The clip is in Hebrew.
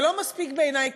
זה לא מספיק בעיני,